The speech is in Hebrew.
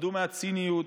תיפרדו מהציניות,